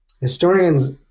historians –